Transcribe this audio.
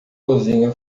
cozinha